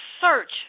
search